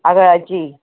आगळाची